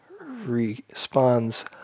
responds